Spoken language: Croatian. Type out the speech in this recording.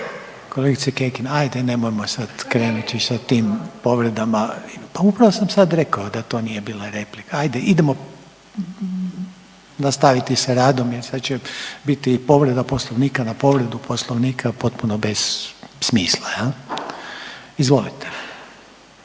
Kolegice Kekin hajde nemojmo sada krenuti sa tim povredama. Pa upravo sam sada rekao da to nije bila replika. Hajde idemo nastaviti sa radom, jer sada će biti povreda Poslovnika na povredu Poslovnika potpuno bez smisla. Izvolite.